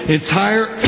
entire